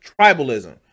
tribalism